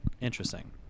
interesting